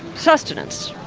sustenance.